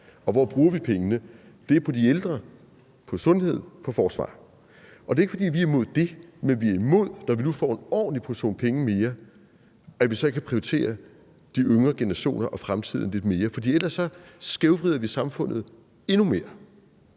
Og hvor bruger vi pengene? Det er på de ældre, på sundhed, på forsvar. Det er ikke, fordi vi er imod dét, men vi er imod, at vi så ikke, når vi nu får en ordentlig portion penge mere, prioriterer de yngre generationer og fremtiden lidt mere, for ellers skævvrider vi samfundet endnu mere.